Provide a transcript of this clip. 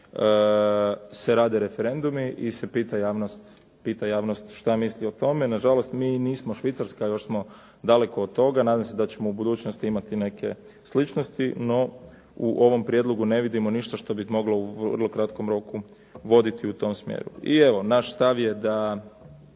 se rade referendumi i se pita javnost što misli o tome. Nažalost, mi nismo Švicarska, još smo daleko od toga. Nadam se da ćemo u budućnosti imati neke sličnosti, no u ovom prijedlogu ne vidimo ništa što bi moglo u vrlo kratkom roku voditi u tom smjeru. I evo, naš stav je da